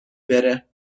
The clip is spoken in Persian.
بره